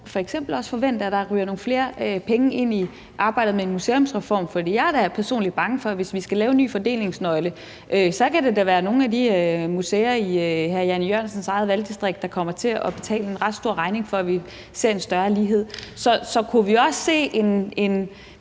f.eks. også forvente, at der ryger nogle flere penge ind i arbejdet med en museumsreform? For jeg er da personligt bange for, at hvis vi skal lave en ny fordelingsnøgle, så kan det være nogle af de museer i hr. Jan E. Jørgensens eget valgdistrikt, der kommer til at betale en ret stor regning for, at vi ser en større lighed. Så kan vi også se –